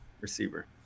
Receiver